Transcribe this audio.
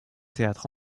théâtre